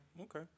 Okay